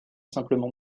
simplement